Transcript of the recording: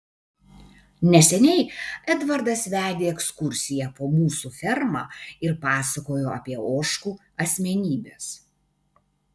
neseniai edvardas vedė ekskursiją po mūsų fermą ir pasakojo apie ožkų asmenybes